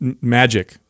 magic